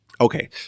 Okay